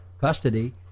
custody